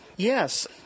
Yes